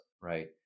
right